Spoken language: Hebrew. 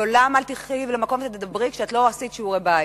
לעולם אל תלכי למקום ותדברי אם לא עשית שיעורי-בית.